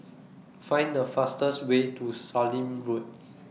Find The fastest Way to Sallim Road